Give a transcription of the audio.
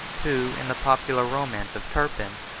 who, in the popular romance of turpin,